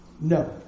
No